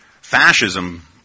fascism